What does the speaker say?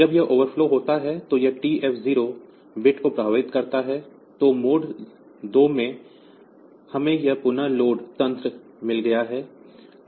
जब यह ओवरफ्लो होता है तो यह TF0 बिट को प्रभावित करता है तो मोड 2 में हमें यह पुनः लोड तंत्र मिल गया है